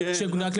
הוא מונופול.